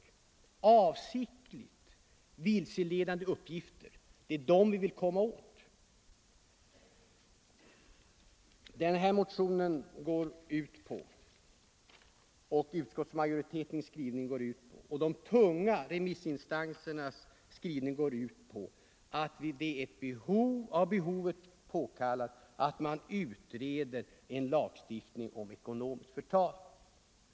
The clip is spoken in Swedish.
Men avsiktligt vilseledande uppgifter vill vi komma ritetens skrivning går samstämmigt ut på att det är av behovet påkallat att man utreder en lagstiftning om ekonomiskt förtal.